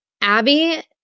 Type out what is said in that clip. Abby